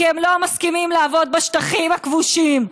כי הם לא מסכימים לעבוד בשטחים הכבושים,